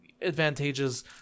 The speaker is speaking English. advantages